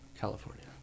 California